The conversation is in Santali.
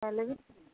ᱦᱮᱸ ᱞᱟᱹᱭᱵᱤᱱ